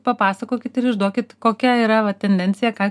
papasakokit ir išduokit kokia yra va tendencija ką